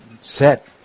set